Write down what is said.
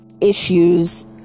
issues